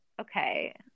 Okay